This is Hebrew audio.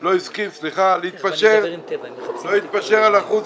לא הסכים להתפשר על אחוז